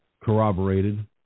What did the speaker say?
corroborated